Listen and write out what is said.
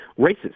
racist